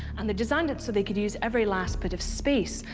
and they designed it so they could use every last bit of space.